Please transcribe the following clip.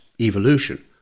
evolution